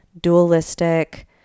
dualistic